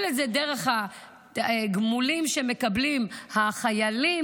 את זה דרך הגמולים שמקבלים החיילים,